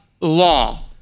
law